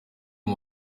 ati